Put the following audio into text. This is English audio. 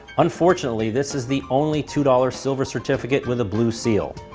unfortunately, this is the only two dollars silver certificate with a blue seal.